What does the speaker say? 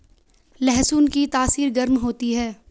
लहसुन की तासीर गर्म होती है